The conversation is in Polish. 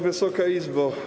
Wysoka Izbo!